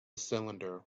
cylinder